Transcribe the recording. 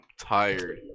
tired